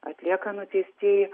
atlieka nuteistieji